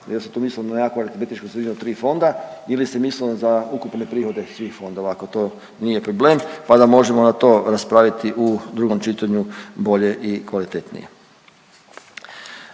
Jel se tu mislilo na nekakvu aritmetičku sredinu tri fonda ili se mislilo za ukupne prihode svih fondova, ako to nije problem. Pa da možemo onda to raspraviti u drugom čitanju bolje i kvalitetnije.